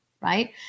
Right